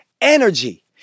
energy